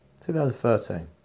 2013